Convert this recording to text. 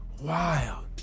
wild